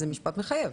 זה משפט מחייב.